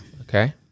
Okay